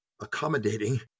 accommodating